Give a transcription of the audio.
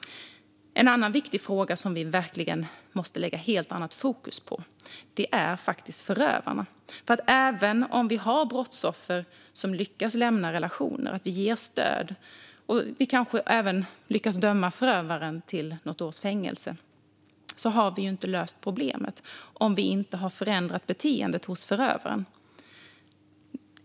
En annan viktig fråga som vi verkligen måste lägga ett helt annat fokus på är förövarna. Även om vi har brottsoffer som lyckas lämna relationer, även om vi ger stöd och även om vi kanske lyckas döma förövaren till något års fängelse har vi inte löst problemet om vi inte har förändrat beteendet hos förövaren.